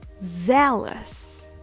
Zealous